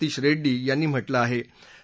जी सतीश रेड्डी यांनी म्हटलं आहे